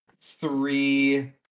three